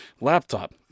laptop